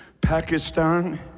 Pakistan